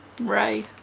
Ray